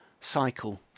cycle